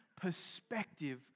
perspective